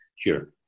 Sure